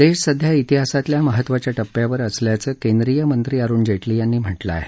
देश सध्या इतिहासातल्या महत्त्वाच्या टप्प्यावर असल्याचं केंद्रीय मंत्री अरुण जेटली यांनी म्हटलं आहे